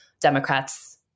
Democrats